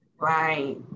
Right